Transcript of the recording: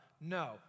No